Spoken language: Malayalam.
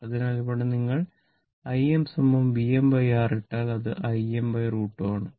അതിനാൽ ഇവിടെ നിങ്ങൾ Im VmR ഇട്ടാൽ അത് Im√ 2 ആണ്